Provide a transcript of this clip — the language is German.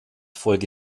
folge